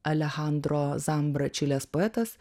alechandro zambra čilės poetas